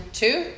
two